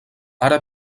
ara